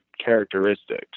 characteristics